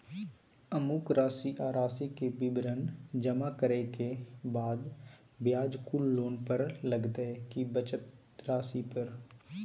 अमुक राशि आ राशि के विवरण जमा करै के बाद ब्याज कुल लोन पर लगतै की बचल राशि पर?